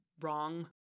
wrong